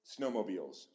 snowmobiles